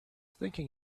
thinking